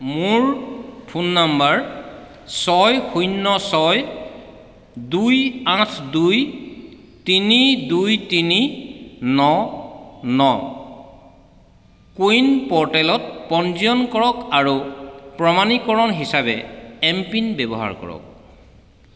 মোৰ phone number ছয় শূন্য ছয় দুই আঠ দুই তিনি দুই তিনি ন ন কোৱিন প'ৰ্টেলত পঞ্জীয়ন কৰক আৰু প্ৰমাণীকৰণ হিচাপে এম পিন ব্যৱহাৰ কৰক